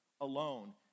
alone